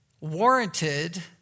warranted